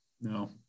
no